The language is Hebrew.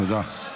תודה.